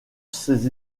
ces